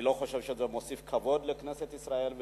אני לא חושב שזה מוסיף כבוד לכנסת ישראל ולכולנו.